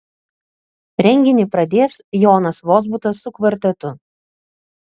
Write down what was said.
renginį pradės jonas vozbutas su kvartetu